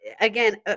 again